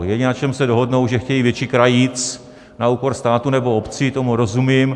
Jediné, na čem se dohodnou, že chtějí větší krajíc na úkor státu nebo obcí, tomu rozumím.